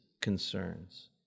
concerns